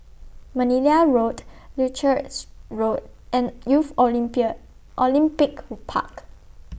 Manila Road Leuchars Road and Youth Olympia Olympic Park